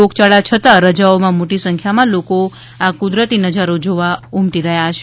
રોગયાળા છતાં રજાઓમાં મોટી સંખ્યામાં લોકો આ કુદરતી નજારો જોવા ઉમ ટે છે